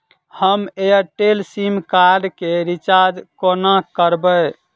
हम Airtel sim card केँ recharge कोना करबै?